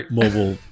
mobile